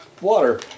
water